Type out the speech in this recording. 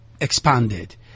expanded